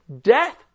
death